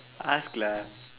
ask lah